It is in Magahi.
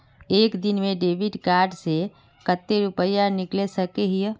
एक दिन में डेबिट कार्ड से कते रुपया निकल सके हिये?